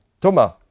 Thomas